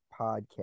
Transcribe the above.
podcast